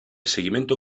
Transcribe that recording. seguimiento